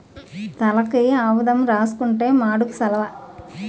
తలకి ఆవదం రాసుకుంతే మాడుకు సలవ